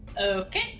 Okay